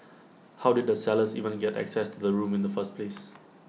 how did the sellers even get access to the room in the first place